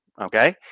Okay